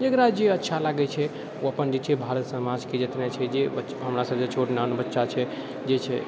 जकरा जे अच्छा लागै छै ओ अपन जे छै बाहरके समाजके जे छै हमरा सबजे छोट नान बच्चा छै जे छै